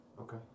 Okay